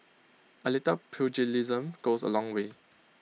A little pugilism goes A long way